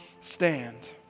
stand